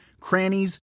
crannies